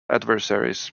adversaries